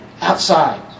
outside